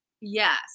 Yes